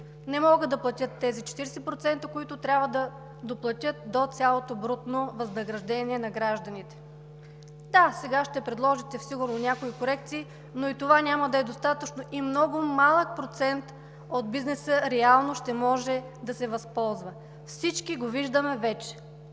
не могат да платят тези 40%, които трябва да доплатят до цялото брутно възнаграждение на гражданите. Да, сега ще предложите сигурно някои корекции, но и това няма да е достатъчно и много малък процент от бизнеса реално ще може да се възползва. Всички го виждаме вече